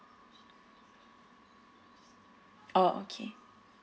orh okay